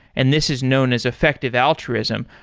and this is known as effective altruism.